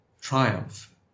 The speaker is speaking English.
triumph